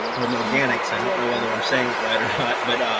or low gannets. i don't know whether i'm saying it right or not. but ah,